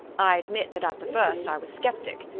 i admit that at the first i was sceptic.